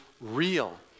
real